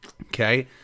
Okay